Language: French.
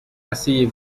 asseyez